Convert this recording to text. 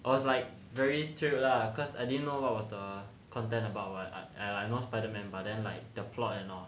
I was like very thrilled lah cause I didn't know what was the content about [what] I know spider-man mah but then like the plot and all